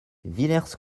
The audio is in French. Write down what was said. villers